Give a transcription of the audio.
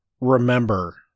remember